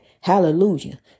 hallelujah